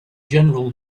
general